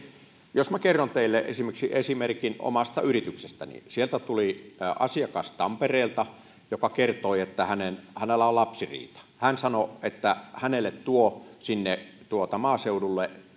jos minä kerron teille esimerkin omasta yrityksestäni sinne tuli asiakas tampereelta joka kertoi että hänellä on lapsiriita hän sanoi että hänelle tuo sinne maaseudulle